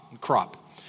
crop